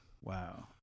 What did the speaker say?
Wow